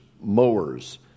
mowers